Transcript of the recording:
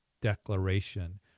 declaration